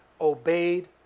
obeyed